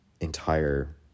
entire